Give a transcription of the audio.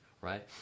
Right